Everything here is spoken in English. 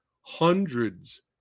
hundreds